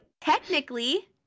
technically